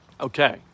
Okay